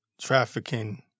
trafficking